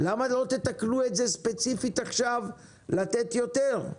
למה לא תתקנו את זה ספציפית עכשיו לתת יותר?